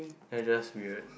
you're just weird